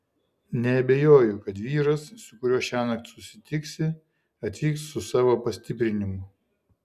neabejoju kad vyras su kuriuo šiąnakt susitiksi atvyks su savo pastiprinimu